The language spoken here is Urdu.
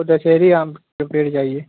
تو دسہری آم کے پیڑ چاہیے